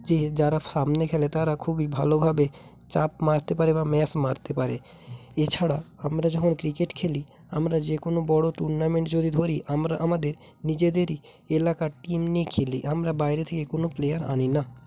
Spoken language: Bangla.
যে যারা সামনে খেলে তারা খুবই ভালোভাবে চাপ মারতে পারে বা স্ম্যাশ মারতে পারে এছাড়া আমরা যখন ক্রিকেট খেলি আমরা যে কোন বড় টুর্নামেন্ট যদি ধরি আমরা আমাদের নিজেদেরই এলাকার টিম নিয়ে খেলি আমরা বাইরে থেকে কোন প্লেয়ার আনি না